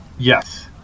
yes